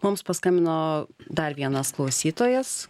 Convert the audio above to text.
mums paskambino dar vienas klausytojas